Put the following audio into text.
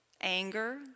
anger